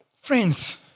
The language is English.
Friends